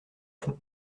fond